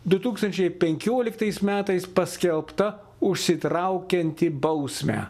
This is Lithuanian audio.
du tūkstančiai penkioliktais metais paskelbta užsitraukianti bausmę